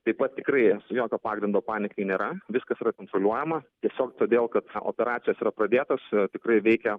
taip pat tikrai jokio pagrindo panikai nėra viskas yra kontroliuojama tiesiog todėl kad operacijos yra pradėtos tikrai veikia